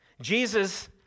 Jesus